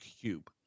cube